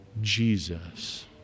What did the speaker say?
Jesus